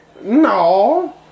No